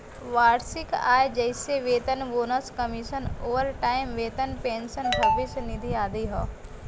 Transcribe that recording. वार्षिक आय जइसे वेतन, बोनस, कमीशन, ओवरटाइम वेतन, पेंशन, भविष्य निधि आदि हौ